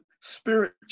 spiritual